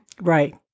Right